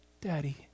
daddy